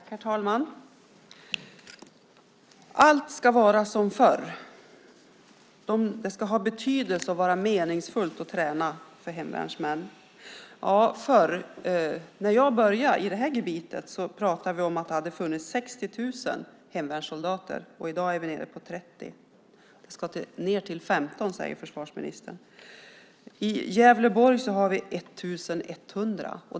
Herr talman! Allt ska vara som förr. Det ska ha betydelse och vara meningsfullt att träna för hemvärnsmän. Förr, när jag började i det här gebitet, pratade vi om att det hade funnits 60 000 hemvärnssoldater. I dag är vi nere på 30 000. Det ska ned till 15 000, säger försvarsministern. I Gävleborg har vi 1 100.